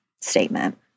statement